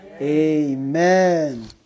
Amen